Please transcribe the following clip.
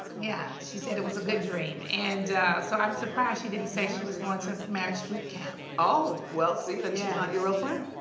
yeah, she said it was a good dream. and so, i'm surprised she didn't say she was going to marriage boot camp. oh, well, see then she's yeah not your real friend.